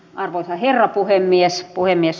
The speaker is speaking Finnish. arvoisa herra puhemies